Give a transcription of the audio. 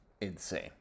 insane